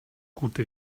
gute